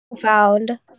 found